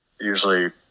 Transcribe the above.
usually